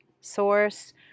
source